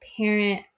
parent